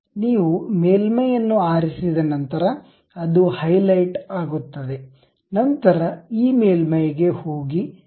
ನೀವು ಮೇಲ್ಮೈಯನ್ನು ಆರಿಸಿದ ನಂತರ ಅದು ಹೈಲೈಟ್ ಆಗುತ್ತದೆ ನಂತರ ಈ ಮೇಲ್ಮೈಗೆ ಹೋಗಿ ಒತ್ತಿ